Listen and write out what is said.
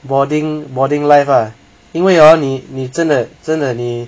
boarding boarding life ah 因为 orh 你你真的真的你